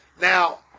Now